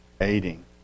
aiding